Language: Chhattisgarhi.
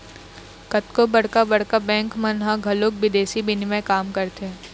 कतको बड़का बड़का बेंक मन ह घलोक बिदेसी बिनिमय के काम करथे